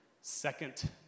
second